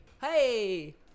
Hey